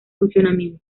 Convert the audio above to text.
funcionamiento